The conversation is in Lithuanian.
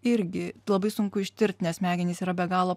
irgi labai sunku ištirt nes smegenys yra be galo